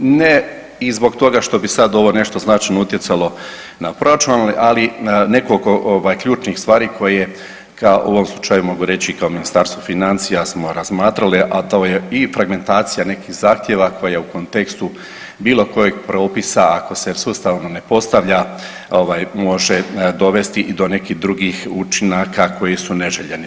Ne i zbog toga što bi sad ovo nešto značajno utjecalo na proračun, ali nekoliko ključnih stvari koje kao, u ovom slučaju mogu reći kao Ministarstvo financija smo razmatrali, a to je i fregmentacija nekih zahtjeva koja je u kontekstu bilo kojeg propisa ako se sustavno ne postavlja ovaj može dovesti i do nekih drugih učinaka koji su neželjeni.